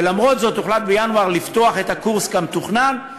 ולמרות זאת הוחלט בינואר לפתוח את הקורס כמתוכנן,